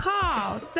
Call